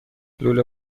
لوله